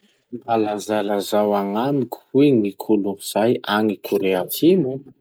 Mba lazalazao agnamiko hoe ny kolotsay agny Kore Atsimo?